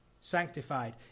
sanctified